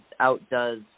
outdoes